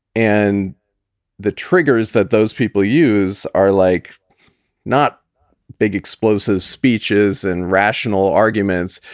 and the triggers that those people use are like not big explosive speeches and rational arguments.